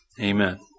Amen